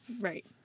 Right